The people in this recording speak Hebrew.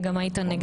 וגם היית נגד לקצר.